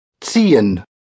Ziehen